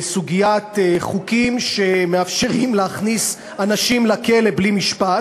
לסוגיה של חוקים שמאפשרים להכניס אנשים לכלא בלי משפט.